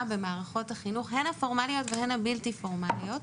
במערכות החינוך הפורמליות והבלתי פורמליות,